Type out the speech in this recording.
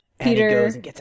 Peter